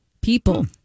people